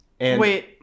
Wait